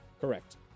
Correct